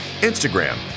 Instagram